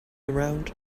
around